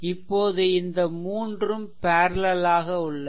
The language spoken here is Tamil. இப்போது இந்த மூன்றும் பேர்லெல் ஆக உள்ளது